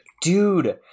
Dude